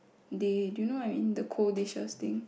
day do you know what I mean the cold dishes thing